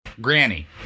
Granny